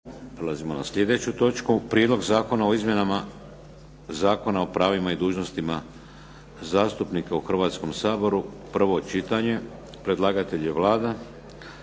Prijedlog zakona o izmjenama Zakona o pravima i dužnostima zastupnika u Hrvatskome saboru, prvo čitanje, P.Z. br. 308 Predlagatelj je Vlada.